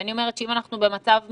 אני אומרת, שאם אנחנו במצב מלחמה,